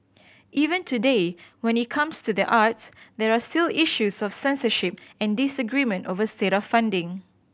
even today when it comes to the arts there are still issues of censorship and disagreement over state funding